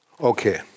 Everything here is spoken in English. Okay